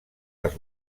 les